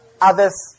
others